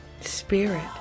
spirit